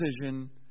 decision